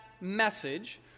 message